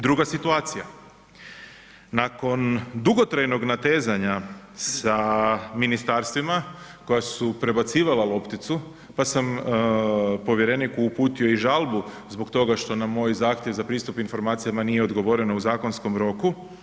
Druga situacija, nakon dugotrajnog natezanja sa ministarstvima koja su prebacivala lopticu, pa sam povjereniku uputio i žalbu zbog toga što na moj zahtjev za pristup informacijama nije odgovoreno u zakonskom roku.